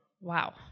Wow